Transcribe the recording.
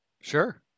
Sure